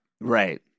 Right